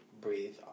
breathe